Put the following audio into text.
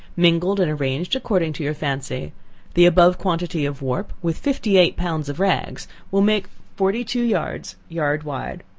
mingled and arranged according to your fancy the above quantity of warp, with fifty-eight pounds of rags will make forty-two yards, yard wide.